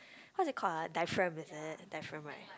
what's it called ah diaphragm is it diaphragm right